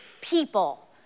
people